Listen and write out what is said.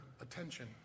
attention